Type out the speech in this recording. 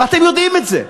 ואתם יודעים את זה,